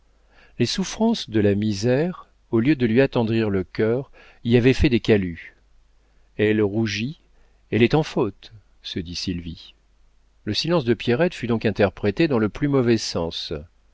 les souffrances de la misère au lieu de lui attendrir le cœur y avaient fait des calus elle rougit elle est en faute se dit sylvie le silence de pierrette fut donc interprété dans le plus mauvais sens